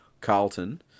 Carlton